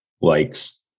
likes